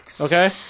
Okay